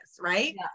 right